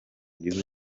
gihugu